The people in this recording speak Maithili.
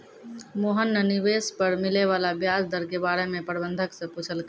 मोहन न निवेश पर मिले वाला व्याज दर के बारे म प्रबंधक स पूछलकै